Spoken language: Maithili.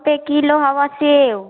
सओ रुपैए किलो हइ सेब